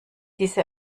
diese